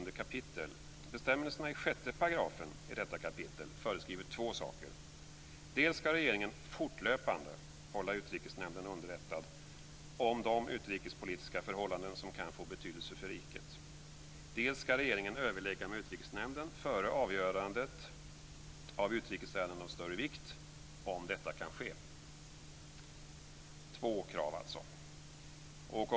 Dels ska regeringen fortlöpande hålla Utrikesnämnden underrättad om de utrikespolitiska förhållanden som kan få betydelse för riket, dels ska regeringen överlägga med Utrikesnämnden före avgörandet av utrikesärenden av större vikt, om detta kan ske. Det finns alltså två krav.